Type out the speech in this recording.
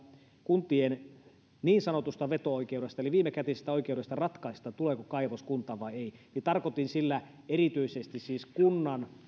kuntien niin sanotusta veto oikeudesta eli viimekätisestä oikeudesta ratkaista tuleeko kaivos kuntaan vai ei niin tarkoitin sillä siis erityisesti kunnan